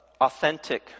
authentic